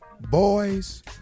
boys